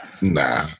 Nah